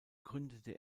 gründete